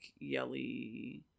Yelly